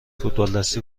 فوتبالدستی